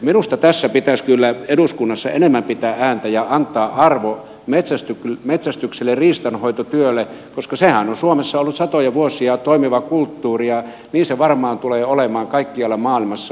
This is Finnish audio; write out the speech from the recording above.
minusta tästä pitäisi kyllä eduskunnassa enemmän pitää ääntä ja antaa arvo metsästykselle riistanhoitotyölle koska sehän on suomessa ollut satoja vuosia toimiva kulttuuri ja niin se varmaan tulee olemaan kaikkialla maailmassa